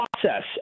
process